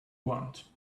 want